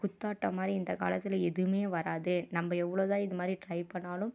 குத்தாட்டம் மாதிரி இந்த காலத்தில் எதுவுமே வராது நம்ப எவ்வளோதான் இது மாதிரி ட்ரை பண்ணிணாலும்